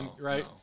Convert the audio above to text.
right